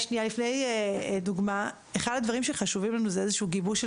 אחד הדברים שחשובים לנו זה גיבוש של